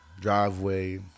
driveway